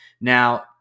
Now